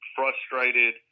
frustrated